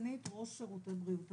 אני סגנית ראש שירותי בריאות הציבור.